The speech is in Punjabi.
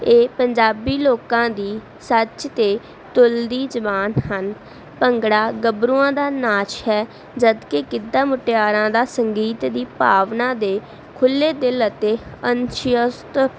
ਇਹ ਪੰਜਾਬੀ ਲੋਕਾਂ ਦੀ ਸੱਚ 'ਤੇ ਤੁਲਦੀ ਜ਼ੁਬਾਨ ਹਨ ਭੰਗੜਾ ਗੱਭਰੂਆਂ ਦਾ ਨਾਚ ਹੈ ਜਦਕਿ ਗਿੱਧਾ ਮੁਟਿਆਰਾਂ ਦਾ ਸੰਗੀਤ ਦੀ ਭਾਵਨਾ ਦੇ ਖੁੱਲ੍ਹੇ ਦਿਲ ਅਤੇ ਅਨਸ਼ੀਆਸਤ